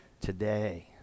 today